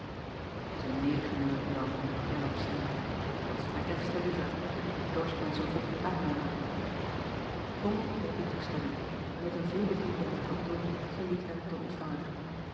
e negen uren dan hernam nel dat is mij des te liever ik dorst mij zoo vroeg niet aanmelden ol knikte toestemmend en met een veelbeteekenenden handdruk verliet hem de ontvanger